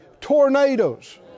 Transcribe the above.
tornadoes